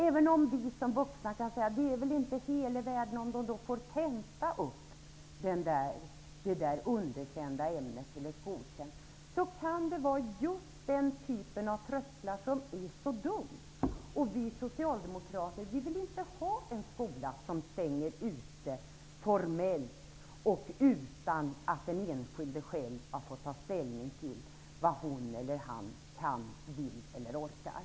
Även om vi vuxna kan säga att det inte är hela världen om man får tentera i det underkända ämnet för att bli godkänd, kan det vara just sådana trösklar som är så dumma. Vi socialdemokrater vill inte ha en skola som formellt stänger ute någon, utan att den enskilde själv har fått ta ställning till vad hon eller han kan, vill eller orkar.